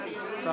זה מה שצריך כאן.